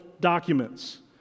documents